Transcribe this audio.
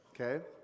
okay